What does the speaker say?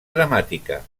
dramàtica